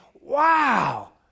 wow